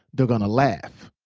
they're gonna laugh.